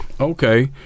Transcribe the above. Okay